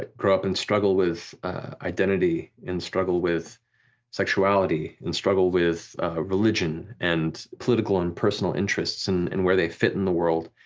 ah grow up and struggle with identity and struggle with sexuality and struggle with religion and political and personal interests and and where they fit in the world.